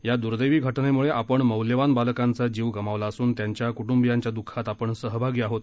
या द्र्दैवी घटनेम्ळे आपण मौल्यवान बालकांचा जीव गमावला असून त्यांच्या क्ट्ंबियांच्या द्ःखात आपण सहभागी आहोत